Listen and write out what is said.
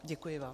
Děkuji vám.